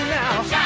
now